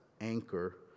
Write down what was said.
anchor